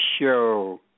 Show